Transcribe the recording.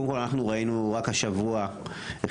קודם כל אנחנו ראינו רק השבוע חיסולים,